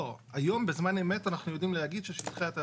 היום בזמן אמת אנחנו יודעים להגיד שיש שטחי תעסוקה.